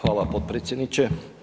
Hvala potpredsjedniče.